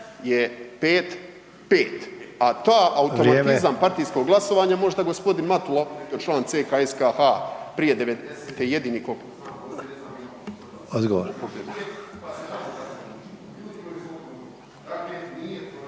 je 5:5, a taj automatizam partijskog glasovanja, možda je gospodin Matula bio član CKSKH prije '90.-te … /Govornik